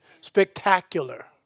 spectacular